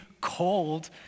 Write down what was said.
cold